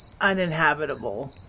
uninhabitable